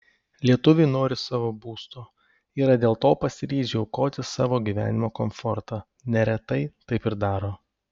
lietuviai nori savo būsto yra dėl to pasiryžę aukoti savo gyvenimo komfortą neretai taip ir daro